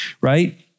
right